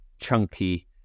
chunky